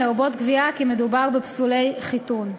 לרבות קביעה כי מדובר בפסולי חיתון.